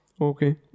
Okay